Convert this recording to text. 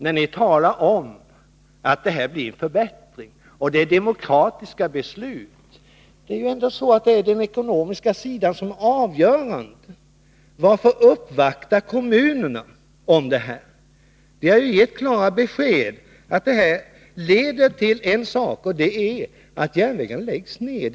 Ni talar om att det blir en förbättring och att det är demokratiska beslut. Men det är ändå den ekonomiska sidan som är avgörande. Varför uppvakta kommunerna om detta? Vi har gett klara besked om att detta leder till en sak, och det är att järnvägen läggs ner.